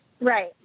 Right